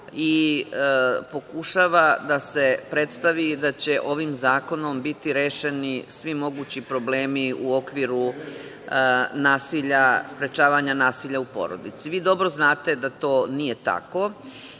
i pokušava da se predstavi da će ovim zakonom biti rešeni svi mogući problemi u okviru sprečavanja nasilja u porodici. Vi dobro znate da to nije tako. Mnogo